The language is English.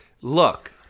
Look